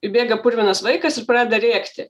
įbėga purvinas vaikas ir pradeda rėkti